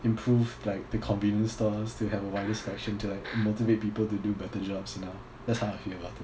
improve like the convenience stores to have a wider selection to like motivate people to do better jobs you know that's how I feel ah